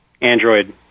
Android